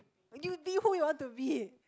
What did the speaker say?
you'll be who you want to be